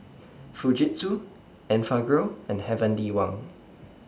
Fujitsu Enfagrow and Heavenly Wang